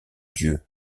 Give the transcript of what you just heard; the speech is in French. dieu